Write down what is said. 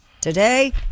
today